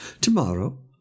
Tomorrow